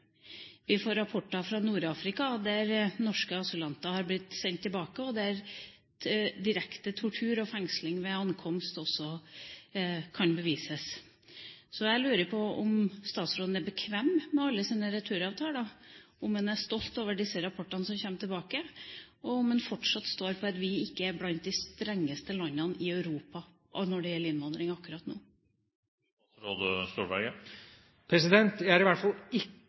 Vi får rapporter fra Nord-Afrika, som norske asylanter har blitt sendt tilbake til, og der direkte tortur og fengsling ved ankomst også kan bevises. Så jeg lurer på om statsråden er bekvem med alle sine returavtaler, om han er stolt over disse rapportene som kommer, og om han fortsatt står på at vi ikke er blant de strengeste landene i Europa når det gjelder innvandring akkurat nå? Jeg er i hvert fall ikke